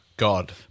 God